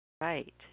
Right